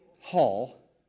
Hall